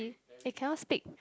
eh eh cannot speak